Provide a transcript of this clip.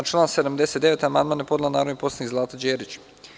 Na član 79. amandman je podnela narodna poslanica Zlata Đerić.